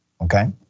okay